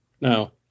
No